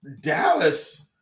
Dallas